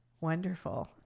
wonderful